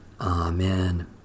Amen